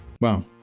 Wow